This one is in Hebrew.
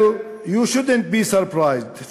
Well, you shouldn’t be surprised.